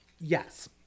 Yes